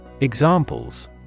Examples